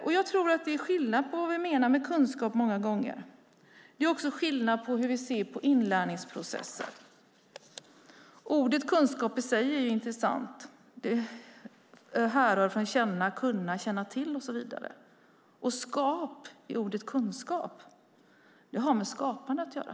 Jag tror att det många gånger är skillnad på vad vi menar med kunskap. Det är också skillnad på hur vi ser på inlärningsprocessen. Ordet kunskap är intressant. Det härrör från orden kunna, känna, känna till och så vidare. Och "skap" har med skapande att göra.